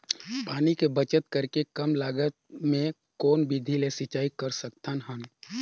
पानी के बचत करेके कम लागत मे कौन विधि ले सिंचाई कर सकत हन?